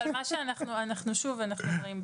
אבל שוב אנחנו אומרים,